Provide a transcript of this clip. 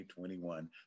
2021